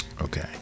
okay